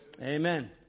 Amen